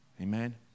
amen